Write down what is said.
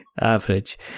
average